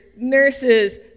nurses